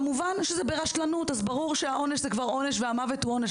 כמובן שזה ברשלנות וברור שיש כבר עונש והמוות הוא עונש,